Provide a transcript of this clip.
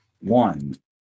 one